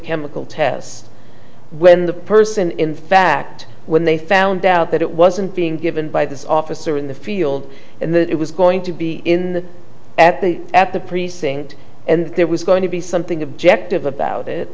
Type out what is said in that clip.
chemical tests when the person in fact when they found out that it wasn't being given by this officer in the field and that it was going to be in the at the at the precinct and there was going to be something objective about it